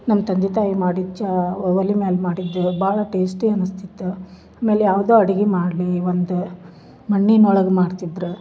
ನಮ್ಮ ತಂದೆ ತಾಯಿ ಮಾಡಿದ ಚಾ ಒಲಿ ಮ್ಯಾಲ ಮಾಡಿದ ಭಾಳ ಟೇಸ್ಟೀ ಅನಸ್ತಿತ್ತು ಆಮೇಲೆ ಯಾವ್ದು ಅಡ್ಗಿ ಮಾಡಲಿ ಒಂದು ಮಣ್ಣಿನ ಒಳಗೆ ಮಾಡ್ತಿದ್ರೆ